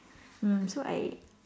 mm so I